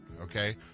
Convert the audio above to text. okay